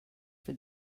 for